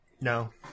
No